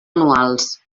anuals